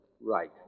Right